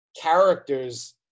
characters